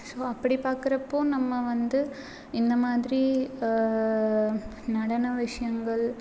so அப்படி பார்க்கறப்போ நம்ம வந்து இந்த மாதிரி நடன விஷயங்கள்